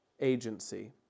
agency